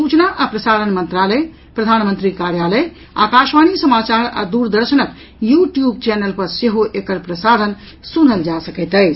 सूचना आ प्रसारण मंत्रालय प्रधानमंत्री कार्यालय आकाशवाणी समाचार आ दूरर्दशनक यू ट्यूब चैनल पर सेहो एकर प्रसारण सुनल जा सकैत अछि